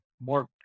more